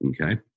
okay